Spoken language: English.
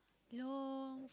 long